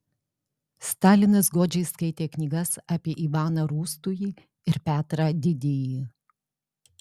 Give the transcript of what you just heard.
stalinas godžiai skaitė knygas apie ivaną rūstųjį ir petrą didįjį